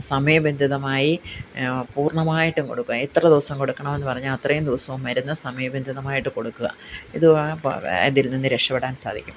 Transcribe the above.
സമയബന്ധിതമായി പൂര്ണ്ണമായിട്ടും കൊടുക്കുക എത്ര ദിവസം കൊടുക്കണമെന്ന് പറഞ്ഞാൽ അത്രയും ദിവസവും മരുന്ന് സമയബന്ധിതമായിട്ട് കൊടുക്കുക ഇത് വാ പോം ഇതില് നിന്ന് രക്ഷപ്പെടാന് സാധിക്കും